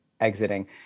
exiting